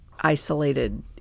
isolated